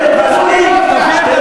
השר בנט, מספיק.